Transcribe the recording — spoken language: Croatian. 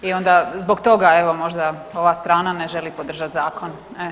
I onda zbog toga evo možda ova strana ne želi podržati zakon.